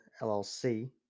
LLC